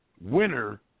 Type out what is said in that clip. winner